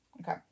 okay